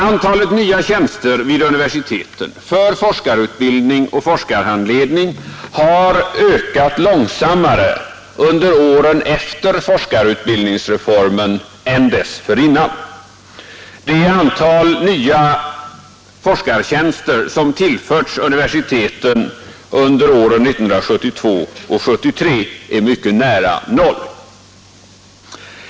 Antalet nya tjänster vid universiteten för forskarutbildning och forskarhandledning har ökat långsammare under åren efter forskarutbildningsreformen än dessförinnan. Det antal nya forskartjänster som tillförts universiteten under åren 1972 och 1973 ligger mycket nära noll.